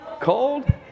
cold